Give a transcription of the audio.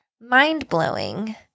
mind-blowing